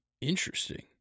interesting